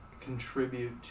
contribute